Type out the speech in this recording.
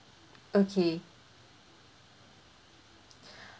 okay